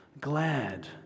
glad